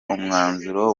umwanzuro